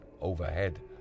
overhead